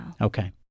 Okay